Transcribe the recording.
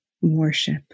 worship